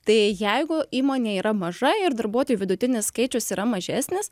tai jeigu įmonė yra maža ir darbuotojų vidutinis skaičius yra mažesnis